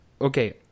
okay